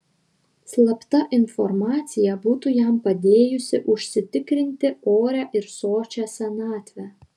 slapta informacija būtų jam padėjusi užsitikrinti orią ir sočią senatvę